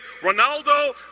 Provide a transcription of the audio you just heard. Ronaldo